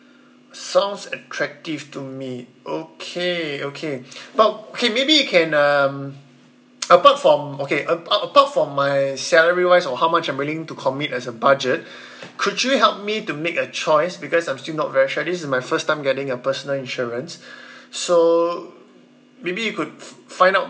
sounds attractive to me okay okay but okay maybe you can um apart from okay apart apart from for mine and salary wise or how much I'm willing to commit as a budget could you help me to make a choice because I'm still not very sure because is my first time getting a personal insurance so maybe you could f~ find out